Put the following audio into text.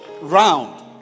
round